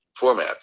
formats